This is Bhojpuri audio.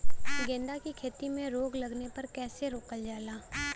गेंदा की खेती में रोग लगने पर कैसे रोकल जाला?